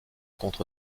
contre